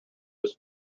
his